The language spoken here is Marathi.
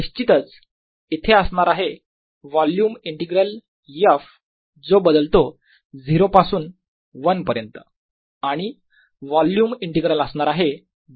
निश्चितच इथे असणार आहे वोल्युम इंटीग्रल f जो बदलतो 0 पासून 1 पर्यंत आणि वोल्युम इंटीग्रल असणार आहे dr